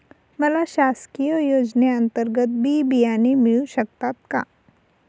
मला शासकीय योजने अंतर्गत बी बियाणे मिळू शकतात का?